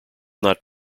not